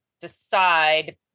decide